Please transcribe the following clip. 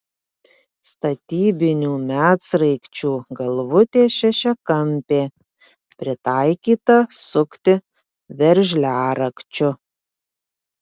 statybinių medsraigčių galvutė šešiakampė pritaikyta sukti veržliarakčiu